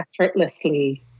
effortlessly